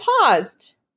paused